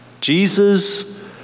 Jesus